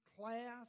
class